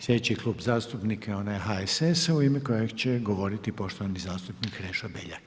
Slijedeći klub zastupnika je onaj HSS-a u ime kojeg će govoriti poštovani zastupnik Krešo Beljak.